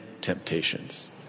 temptations